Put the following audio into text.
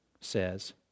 says